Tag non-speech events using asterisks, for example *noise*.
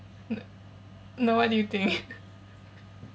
n~ no what do you think *laughs*